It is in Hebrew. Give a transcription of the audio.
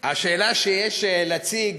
השאלה שיש להציג